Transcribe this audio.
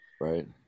Right